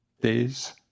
days